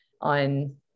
on